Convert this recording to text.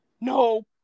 No